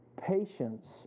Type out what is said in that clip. Patience